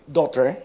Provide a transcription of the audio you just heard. Daughter